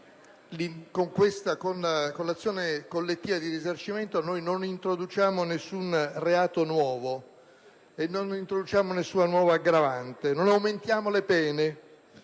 Con l'azione collettiva di risarcimento non introduciamo nessun reato nuovo e nessuna nuova aggravante. Non aumentiamo le pene